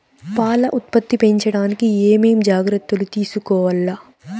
పాల ఉత్పత్తి పెంచడానికి ఏమేం జాగ్రత్తలు తీసుకోవల్ల?